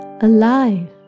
Alive